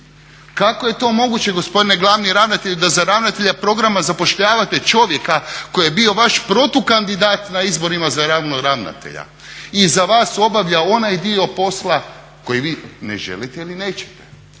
Kako je to moguće gospodine glavni ravnatelju da za ravnatelja programa zapošljavate čovjeka koji je bio vaš protukandidat na izborima za glavnog ravnatelja i za vas obavlja onaj dio posla koji vi ne želite ili nećete?